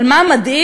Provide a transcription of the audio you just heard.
אבל מה מדאיג?